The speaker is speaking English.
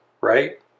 right